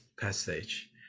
passage